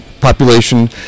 population